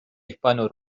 hispano